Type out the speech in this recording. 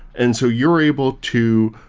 and so you're able to,